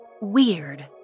weird